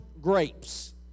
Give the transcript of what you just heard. grapes